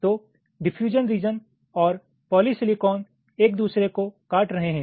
तो diffusion region और polysilicon एक दूसरे को काट रहे है